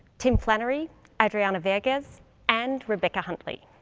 tim flannery, adriana verges and rebecca huntley.